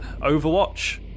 Overwatch